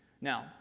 Now